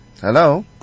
Hello